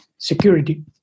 security